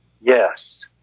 Yes